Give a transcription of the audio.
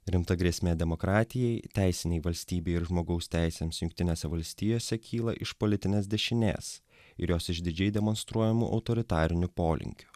rimta grėsmė demokratijai teisinei valstybei ir žmogaus teisėms jungtinėse valstijose kyla iš politinės dešinės ir jos išdidžiai demonstruojamu autoritariniu polinkiu